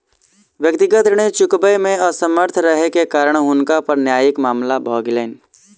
व्यक्तिगत ऋण चुकबै मे असमर्थ रहै के कारण हुनका पर न्यायिक मामला भ गेलैन